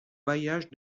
bailliage